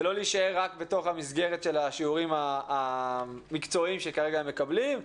ולא להישאר רק במסגרת השיעורים המקצועיים שכרגע הם מקבלים.